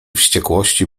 wściekłości